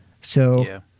So-